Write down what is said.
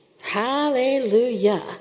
Hallelujah